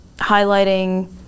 highlighting